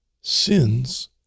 sins